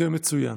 הסכם מצוין.